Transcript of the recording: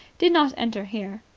did not enter here.